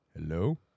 Hello